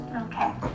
Okay